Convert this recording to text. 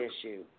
issue